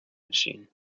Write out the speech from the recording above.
machine